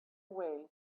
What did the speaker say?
way